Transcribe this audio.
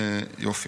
יופי.